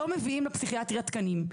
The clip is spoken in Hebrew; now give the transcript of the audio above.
לא מביאים לפסיכיאטריה תקנים,